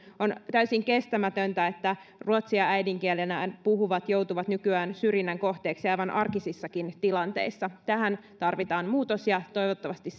on täysin kestämätöntä että ruotsia äidinkielenään puhuvat joutuvat nykyään syrjinnän kohteeksi aivan arkisissakin tilanteissa tähän tarvitaan muutos ja toivottavasti